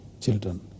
children